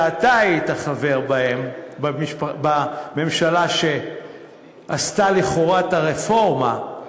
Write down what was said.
שאתה היית חבר בממשלה שעשתה לכאורה את הרפורמה,